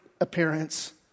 appearance